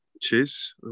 cheers